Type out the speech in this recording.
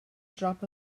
drop